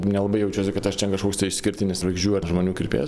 nelabai jaučiuosi kad aš ten kažkoks tai išskirtinis žvaigždžių ar žmonių kirpėjas